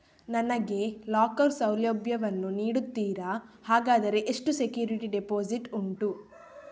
ನನಗೆ ಲಾಕರ್ ಸೌಲಭ್ಯ ವನ್ನು ನೀಡುತ್ತೀರಾ, ಹಾಗಾದರೆ ಎಷ್ಟು ಸೆಕ್ಯೂರಿಟಿ ಡೆಪೋಸಿಟ್ ಉಂಟು?